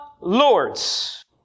Lord's